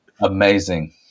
Amazing